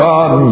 God